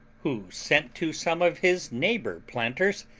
who sent to some of his neighbour planters,